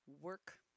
Work